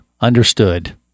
Understood